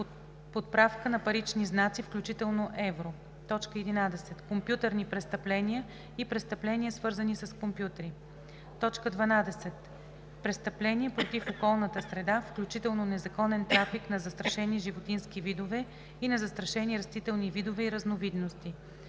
подправка на парични знаци, включително евро; 11. компютърни престъпления и престъпления, свързани с компютри; 12. престъпления против околната среда, включително незаконен трафик на застрашени животински видове и на застрашени растителни видове и разновидности;